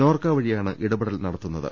നോർക്ക വഴിയാണ് ഇടപെടൽ നടത്തു ന്നത്